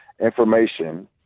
information